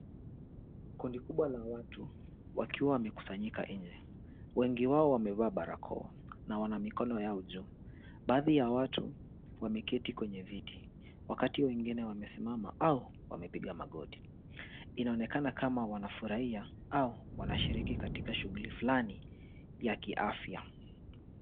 Kundi kubwa la watu wakiwa wamekusanyika nje. Wengi wao wamevaa barakoa na wana mikono yao juu. Baadhi ya watu wameketi kwenye viti, wakati wengine wamesimama au wamepiga magoti. Inaonekana kama wanafurahia au wanashiriki katika jambo fulani ya kiafya.